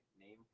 name